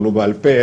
ולו רק בעל פה,